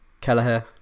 Kelleher